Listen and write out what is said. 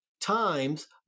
times